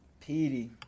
Petey